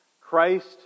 Christ